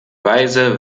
weise